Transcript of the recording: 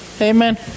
Amen